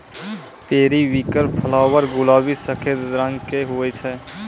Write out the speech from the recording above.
periwinkle flower गुलाबी सफेद रंग के हुवै छै